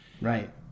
Right